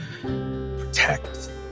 protect